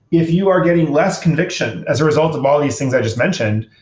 if you are getting less conviction as a result of all these things i just mentioned,